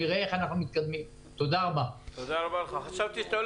ביוני 19, מה שקרה זה שכל מי שבא לרשות וצריך לקבל